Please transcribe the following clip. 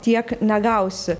tiek negausi